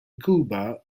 cuba